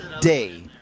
day